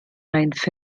ist